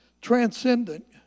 transcendent